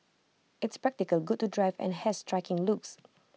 it's practical good to drive and has striking looks